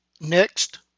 Next